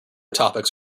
topics